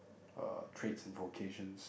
uh trades and vocations